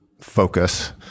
focus